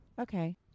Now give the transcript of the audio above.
Okay